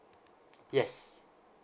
yes